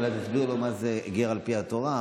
אולי תסביר לו מה זה גר על פי התורה,